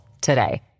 today